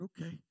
okay